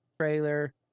trailer